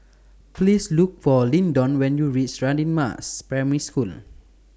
Please Look For Lyndon when YOU REACH Radin Mas Primary School